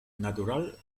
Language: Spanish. natural